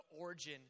origin